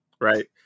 Right